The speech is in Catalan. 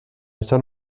això